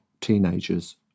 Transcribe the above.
teenagers